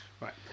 Right